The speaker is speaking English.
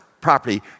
property